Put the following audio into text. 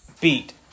beat